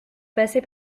passer